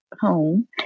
home